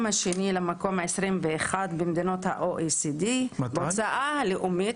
השני למקום ה-21 במדינות ה-OECD בהוצאה הלאומית